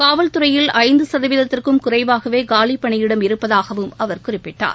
காவல்துறையில் ஐந்து சதவீதத்திற்கும் குறைவாகவே காலி பணியிடம் இருப்பதாகவும் அவர் குறிப்பிட்டார்